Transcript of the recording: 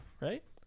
Right